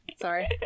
Sorry